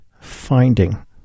finding